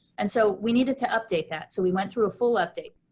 and so we needed to update that. so we went through a full update.